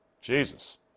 Jesus